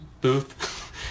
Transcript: booth